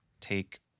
take